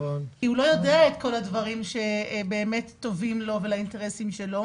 כי הוא לא יודע את כל הדברים שבאמת טובים לו ולאינטרסים שלו.